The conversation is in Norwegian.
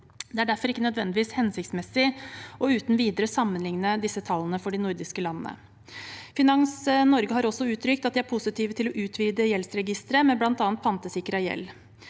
Det er derfor ikke nødvendigvis hensiktsmessig uten videre å sammenligne disse tallene for de nordiske landene. Finans Norge har også uttrykt at de er positive til å utvide gjeldsregisteret med bl.a. pantesikret gjeld.